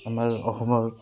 আমাৰ অসমৰ